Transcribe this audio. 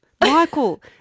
Michael